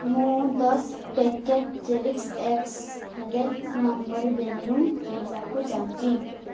ମୁଁ ଦଶ packet cherish X foil number balloon କିଣିବାକୁ ଚାହୁଁଛି